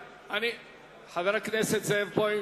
חבר הכנסת זאב בוים,